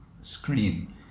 screen